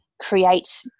create